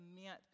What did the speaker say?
meant